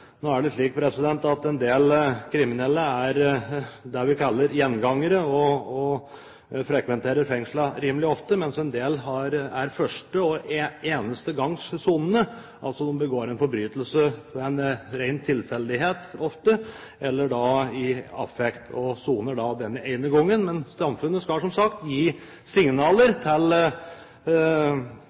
Nå er det slik at en del kriminelle er de vi kaller «gjengangere», som frekventerer fengslene rimelig ofte, mens en del soner for første og eneste gang; de har altså begått en forbrytelse ved en ren tilfeldighet, eller i affekt, og soner den ene gangen. Men samfunnet skal, som sagt, gi signaler til